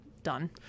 done